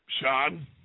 Sean